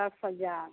दस हजार